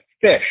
fish